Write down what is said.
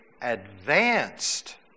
advanced